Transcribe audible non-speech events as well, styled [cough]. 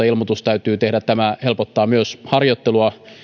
[unintelligible] ilmoitus täytyy tehdä tämä helpottaa myös harjoittelua